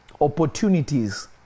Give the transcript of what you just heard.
opportunities